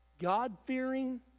God-fearing